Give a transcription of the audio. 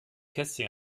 kästchen